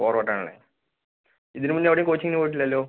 ഫോർവേഡാണല്ലേ ഇതിനു മുന്നേ എവിടെയും കോച്ചിംഗിനു പോയിട്ടില്ലല്ലോ